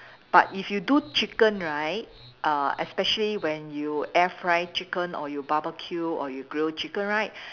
but if you do chicken right err especially when you air fry chicken or you barbecue or you grill chicken right